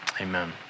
Amen